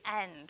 end